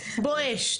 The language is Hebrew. "בואש",